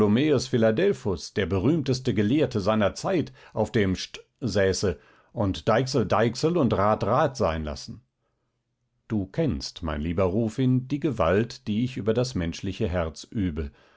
philadelphus der berühmteste gelehrte seiner zeit auf dem st säße und deichsel deichsel und rad rad sein lassen du kennst mein lieber rufin die gewalt die ich über das menschliche herz übe